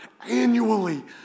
annually